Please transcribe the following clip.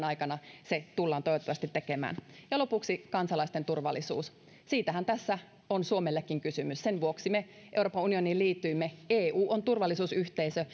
aikana se tullaan toivottavasti tekemään lopuksi kansalaisten turvallisuus siitähän tässä on suomellekin kysymys sen vuoksi me euroopan unioniin liityimme eu on turvallisuusyhteisö